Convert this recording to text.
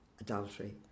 adultery